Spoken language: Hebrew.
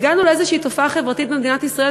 הגענו לאיזושהי תופעה חברתית במדינת ישראל,